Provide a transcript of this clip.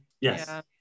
Yes